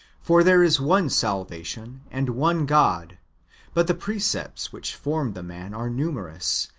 for there is one salvation and one god but the pre cepts which form the man are numerous,